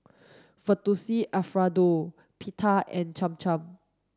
Fettuccine Alfredo Pita and Cham Cham